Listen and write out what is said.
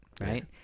right